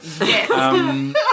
Yes